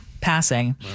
passing